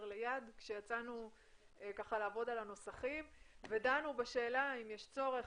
ליד כשיצאנו לעבוד על הנוסחים ודנו בשאלה אם יש צורך